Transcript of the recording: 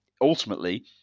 ultimately